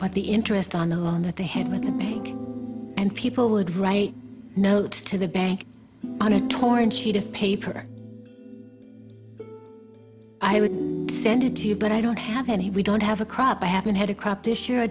but the interest on the loan that they had with the bank and people would write notes to the bank on a torn sheet of paper i would send it to you but i don't have any we don't have a crop i haven't had a crop this year i